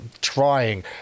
trying